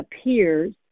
appears